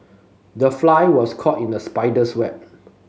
the fly was caught in the spider's web